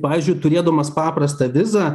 pavyzdžiui turėdamas paprastą vizą